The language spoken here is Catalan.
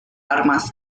armes